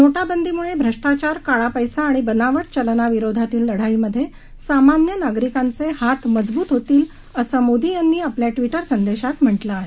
नोटबंदीमुळे भ्रष्टाचार काळा पैसा आणि बनावट चलनाविरोधातील लढाई सामान्य नागरिकांचे हात मजबूत होतील असं मोदी यांनी आपल्या ट्विटर संदेशात म्हटलं आहे